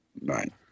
Right